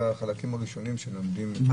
אלה החלקים הראשונים שלומדים,